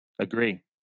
Agree